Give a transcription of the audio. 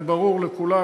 זה ברור לכולם,